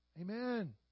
Amen